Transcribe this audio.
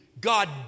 God